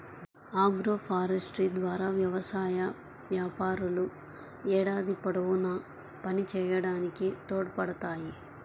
agroforestry ద్వారా వ్యవసాయ వ్యాపారాలు ఏడాది పొడవునా పనిచేయడానికి తోడ్పడతాయి